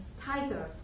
tiger